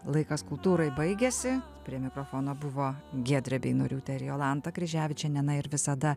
laikas kultūrai baigėsi prie mikrofono buvo giedrė beinoriūtė ir jolanta kryževičienė na ir visada